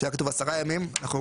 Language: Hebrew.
שהיה כתוב עשרה ימים, אנחנו